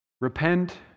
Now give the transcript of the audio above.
Repent